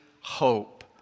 hope